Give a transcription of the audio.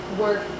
work